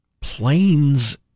Planes